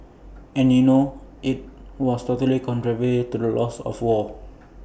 and you know IT was totally contrary to the laws of war